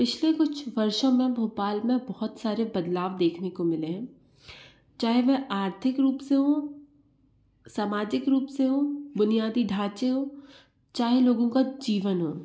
इससे कुछ वर्षों में भोपाल में बहुत सारे बदलाव देखने को मिले चाहे वह आर्थिक रूप से हो सामाजिक रूप से हो बुनियादी ढांचे हो चाहे लोगों का जीवन हो